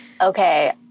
Okay